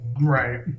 right